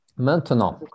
Maintenant